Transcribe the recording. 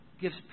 gives